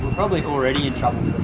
probably already in trouble